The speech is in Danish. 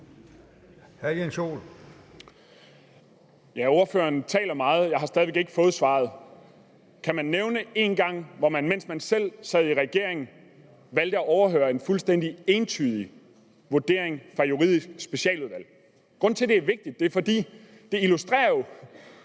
(S): Ordføreren taler meget, men jeg har stadig væk ikke fået svaret. Kan man nævne én gang, hvor man, mens man selv sad i regering, valgte at overhøre en fuldstændig entydig vurdering fra Juridisk Specialudvalg? Grunden til, at det er vigtigt, er, at det jo illustrerer,